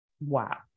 Wow